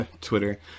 Twitter